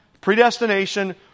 predestination